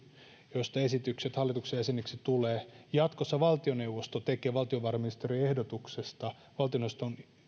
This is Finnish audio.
joista esitykset hallituksen jäseniksi tulevat jatkossa valtioneuvosto tekee valtiovarainministerin ehdotuksesta valtioneuvoston